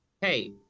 hey